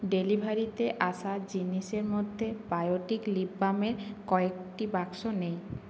ডেলিভারিতে আসা জিনিসের মধ্যে বায়োটিক লিপ বামের কয়েকটি বাক্স নেই